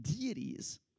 deities